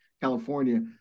California